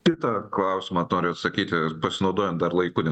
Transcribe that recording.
kitą klausimą noriu atsakyti pasinaudojant dar laiko